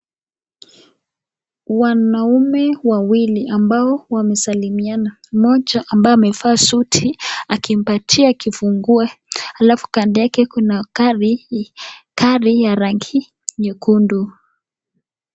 Wanaume wawili ambao wanasalimiana, mmoja ambaye amevaa suti, akimpatia kifunguu, alafu kando yake gari ya rangi nyekundu.